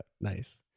Nice